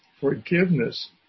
forgiveness